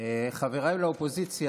חבריי לאופוזיציה,